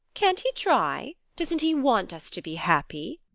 can't he try? doesn't he want us to be happy?